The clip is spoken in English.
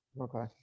Okay